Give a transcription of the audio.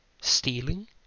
stealing